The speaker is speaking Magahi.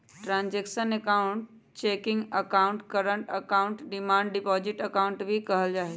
transactional account checking account, current account, demand deposit account भी कहल जाहई